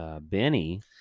Benny